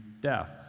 death